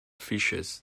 fishes